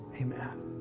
Amen